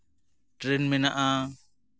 train ᱢᱮᱱᱟᱜᱼᱟ